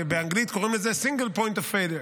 באנגלית קוראים לזה single point of failure.